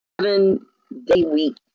seven-day-week